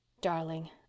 Darling